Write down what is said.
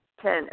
Ten